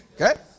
Okay